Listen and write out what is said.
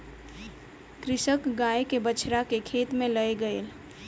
कृषक गाय के बछड़ा के खेत में लअ गेल